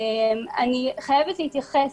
אני חייבת להתייחס,